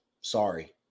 Sorry